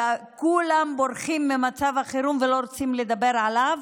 וכולם בורחים ממצב החירום ולא רוצים לדבר עליו